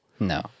No